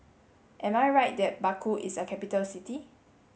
am I right that Baku is a capital city